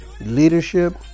leadership